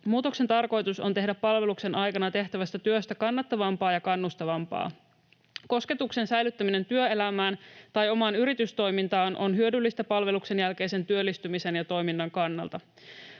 Muutoksen tarkoitus on tehdä palveluksen aikana tehtävästä työstä kannattavampaa ja kannustavampaa. Kosketuksen säilyttäminen työelämään tai omaan yritystoimintaan on hyödyllistä palveluksen jälkeisen työllistymisen ja toiminnan kannalta.